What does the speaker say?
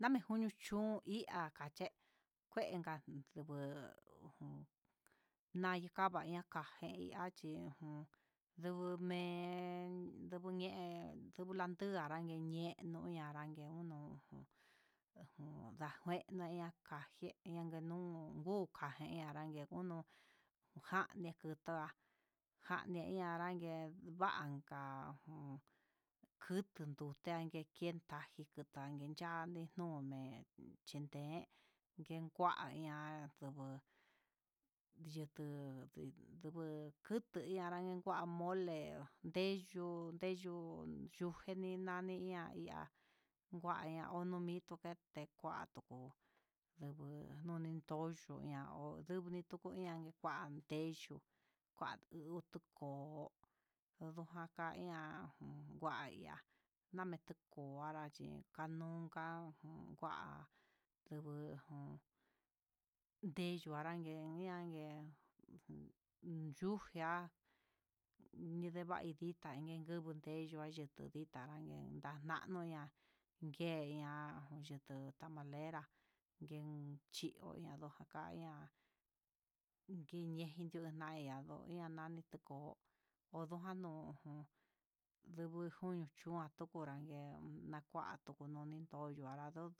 Name juño chón ihá kaché kuen kuyuu naika kava ña'a kague iha cbi nuu ndunen nduguñen, ndugu anrague ñe'e juñan ndague jun akuenaña ndakajena yanga ngu nuu, kague nague ngunu janee kutu'á jane'e anrague vanka ujun kutu nague ngarangue kenda naxhinin ndame yuné hende ni kuaña ndugu ndukutuña narangue kuá mole ndeyu ndeyuu nujenino, ndani na'a ihá nduaña nuimitu nonen nguatu, nan unitoyo nandu ndinitoya kuanti ndeyu kuanitu tuko, ondojaka ihá un an ihá namen tuku narachí, anunjan kuu kuá ndujun n deyu anranguen, ñangue uun ngun yuja inyeva'a nidita andikonte ninguan yan yé ndita he nanano ihá yee ña'a yuku tamalera, yinchidoya nojaka kaña'a kinyejitió ña'a andavii joko odujan no ko'o duku koño chon jan narangue nakuatu kononin tu yuá anrayo'ó.